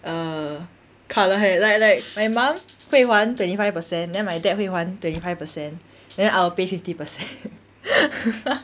err colour hair like like my mom 会还 twenty five percent then my dad 会还 twenty five percent then I'll pay fifty percent